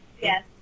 Yes